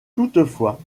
toutefois